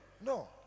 no